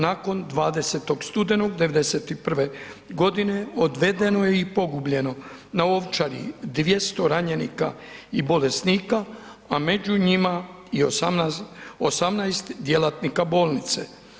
Nakon 20. studenoga 91. godine odvedeno je i pogubljeno na Ovčari 200 ranjenika i bolesnika, a među njima i 18 djelatnika bolnice.